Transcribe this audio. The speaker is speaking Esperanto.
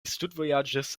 studvojaĝis